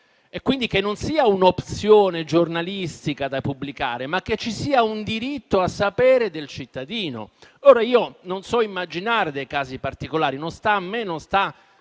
e quindi che non sia un'opzione giornalistica da pubblicare, ma che ci sia un diritto a sapere del cittadino. Non so immaginare dei casi particolari - del resto non sta a me,